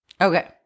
Okay